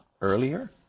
earlier